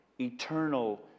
eternal